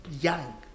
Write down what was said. young